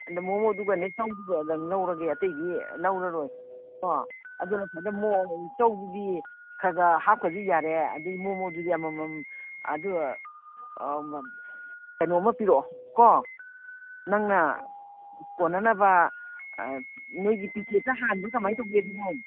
ꯑꯗꯨ ꯃꯣꯃꯣꯗꯨꯒꯅꯦ ꯆꯧꯗꯨꯒꯗꯪ ꯂꯧꯔꯒꯦ ꯑꯇꯩꯗꯤ ꯂꯧꯔꯔꯣꯏ ꯀꯣ ꯑꯗꯨꯅ ꯐꯅꯕ ꯆꯧꯗꯨꯗꯤ ꯈꯔ ꯈꯔ ꯍꯥꯞꯈ꯭ꯔꯁꯨ ꯌꯥꯔꯦ ꯑꯗꯒꯤ ꯃꯣꯃꯣꯗꯨꯗꯤ ꯑꯃꯃꯝ ꯑꯗꯨ ꯀꯩꯅꯣꯝꯃ ꯄꯤꯔꯛꯑꯣ ꯅꯪꯅ ꯀꯣꯟꯅꯅꯕ ꯅꯣꯏꯒꯤ ꯄꯤꯀꯦꯠꯇ ꯍꯥꯟꯕ꯭ꯔꯥ ꯀꯃꯥꯏꯅ ꯇꯧꯒꯦ ꯑꯗꯨꯕꯣ